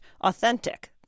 authentic